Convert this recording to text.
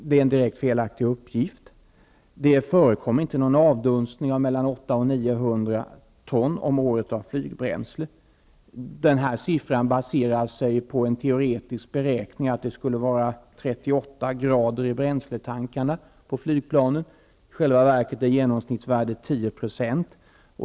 Det är en direkt felaktig uppgift. Det förekommer inte någon avdunstning av mellan 800 Den siffran baseras på en teoretisk beräkning, nämligen att det skulle vara 38 o i bränsletankarna på flygplanen. I själva verket är genomsnittsvärdet 10 %.